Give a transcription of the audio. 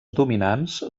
dominants